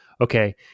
okay